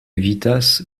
evitas